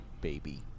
baby